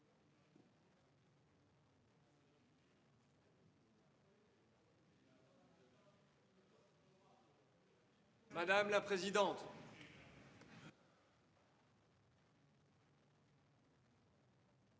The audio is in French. Madame la présidente,